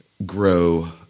Grow